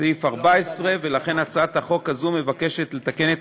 סעיף 14. לכן הצעת החוק הזאת מבקשת לתקן את